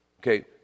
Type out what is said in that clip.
Okay